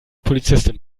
polizistin